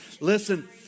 listen